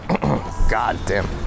goddamn